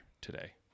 today